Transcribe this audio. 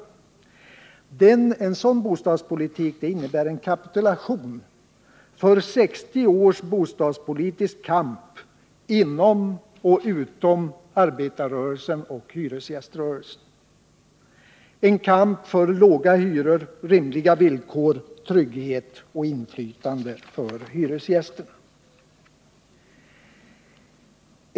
En sådan bostadspolitik innebär en kapitulation efter 60 års bostadspolitisk kamp inom och utom hyresgäströrelsen — en kamp för låga hyror, rimliga villkor, trygghet och inflytande för hyresgästerna.